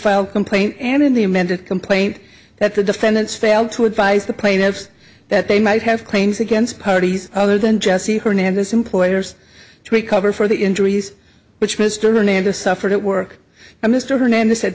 refile complaint and in the amended complaint that the defendants failed to advise the plaintiffs that they might have claims against parties other than just the hernandez employers to recover for the injuries which mr hernandez suffered at work mr hernandez said